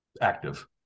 active